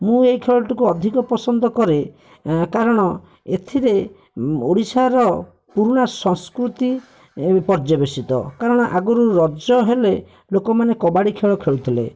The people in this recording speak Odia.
ମୁଁ ଏଇ ଖେଳଟିକୁ ଅଧିକ ପସନ୍ଦ କରେ କାରଣ ଏଥିରେ ଓଡ଼ିଶାର ପୁରୁଣା ସଂସ୍କୃତି ଏ ପର୍ଯ୍ୟବେଶିତ କାରଣ ଆଗରୁ ରଜ ହେଲେ ଲୋକମାନେ କବାଡ଼ି ଖେଳ ଖେଳୁଥିଲେ